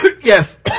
yes